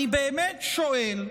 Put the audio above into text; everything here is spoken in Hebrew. אני באמת שואל: